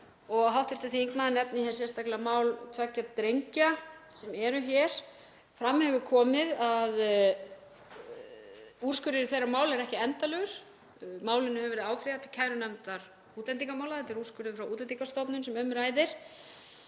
og hv. þingmaður nefnir hér sérstaklega mál tveggja drengja sem eru hér. Fram hefur komið að úrskurður í þeirra máli er ekki endanlegur. Málinu hefur verið áfrýjað til kærunefndar útlendingamála, þetta er úrskurður frá Útlendingastofnun sem um ræðir.